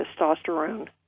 testosterone